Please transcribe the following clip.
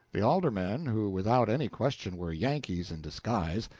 the aldermen, who without any question were yankees in disguise,